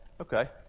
okay